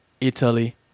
Italy